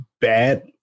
bad